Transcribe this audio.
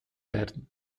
werden